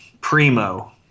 Primo